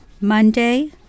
Monday